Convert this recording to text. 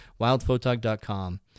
WildPhotog.com